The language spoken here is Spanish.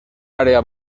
área